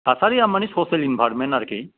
थासारिया मानि ससेल इनभारमेन्ट आरखि